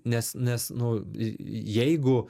nes nes nu jeigu